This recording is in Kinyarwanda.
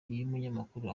y’umunyamakuru